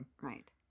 Right